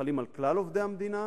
שחלים על כלל עובדי המדינה,